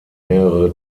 mehrere